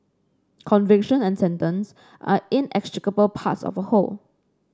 conviction and sentence are inextricable parts of a whole